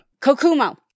Kokumo